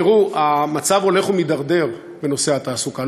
תראו, המצב הולך ומידרדר, בנושא התעסוקה.